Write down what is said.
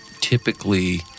typically